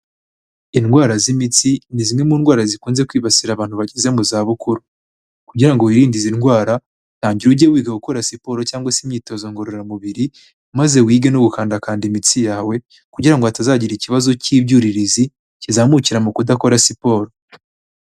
Indwara z'imitsi ni zimwe mu ndwara zikunze kwibasira abantu bageze mu zabukuru. Kugira ngo wirinde izi indwara, tangira uge wiga gukora siporo cyangwa se imyitozo ngororamubiri maze wige no gukandakanda imitsi yawe kugira ngo utazagira ikibazo k'ibyuririzi kizamukira mu kudakora siporo.